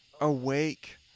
awake